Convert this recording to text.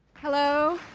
hello.